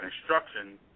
instruction